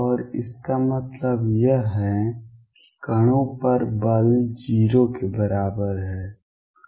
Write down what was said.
और इसका मतलब यह है कि कणों पर बल 0 के बराबर है